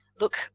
look